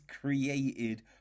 created